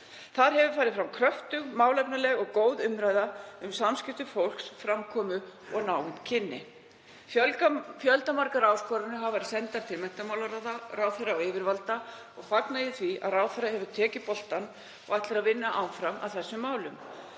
Þar hefur farið fram kröftug, málefnaleg og góð umræða um samskipti fólks, framkomu og náin kynni. Fjöldamargar áskoranir hafa verið sendar til menntamálaráðherra og yfirvalda og fagna ég því að ráðherra hefur tekið boltann og ætlar að vinna áfram að þessum málum.